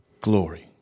glory